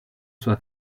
sua